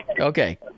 Okay